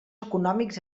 econòmics